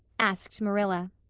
asked marilla.